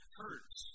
hurts